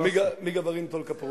(אומר ברוסית: אנחנו מדברים רק ברוסית.)